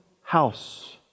house